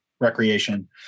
Recreation